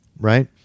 Right